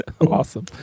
awesome